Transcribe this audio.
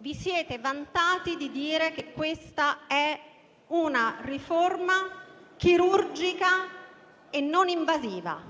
Vi siete vantati che questa è una riforma chirurgica e non invasiva;